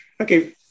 okay